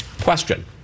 Question